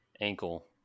ankle